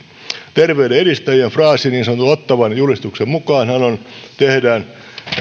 terveyden edistäjän fraasi niin sanotun ottawan julistuksen mukaanhan on tehdään